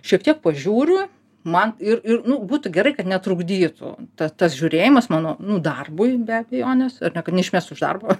šiek tiek pažiūriu man ir ir nu būtų gerai kad netrukdytų ta tas žiūrėjimas mano nu darbui be abejonės ar ne kad neišmestų iš darbo